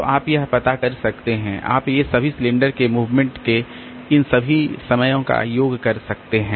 तो आप यह पता कर सकते हैं आप ये सभी सिलेंडर के मूवमेंट के इन सभी समयों का योग कर सकते हैं